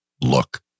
look